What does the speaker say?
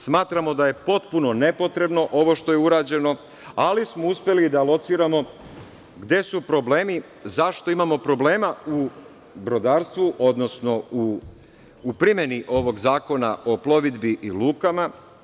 Smatramo da je potpuno nepotrebno ovo što je urađeno, ali smo uspeli da lociramo gde su problemi i zašto imamo problema u brodarstvu, odnosno u primeni ovog Zakona o plovidbi i lukama.